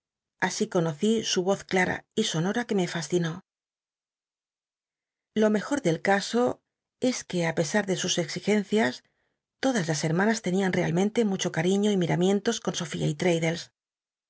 conocí su voz clara y sonora que me fascinó lo mejor del caso es que á pesar de sus exigencias todas las hermanas tenían realmente mucho c ariíio y miramientos con sofía y